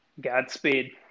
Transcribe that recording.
Godspeed